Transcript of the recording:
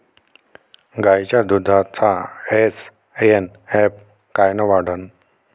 गायीच्या दुधाचा एस.एन.एफ कायनं वाढन?